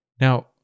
Now